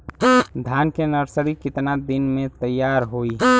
धान के नर्सरी कितना दिन में तैयार होई?